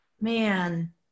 man